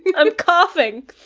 i'm coughing!